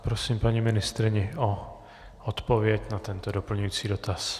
Prosím paní ministryni o odpověď na tento doplňující dotaz.